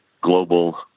global